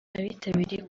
abitabiriye